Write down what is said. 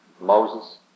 Moses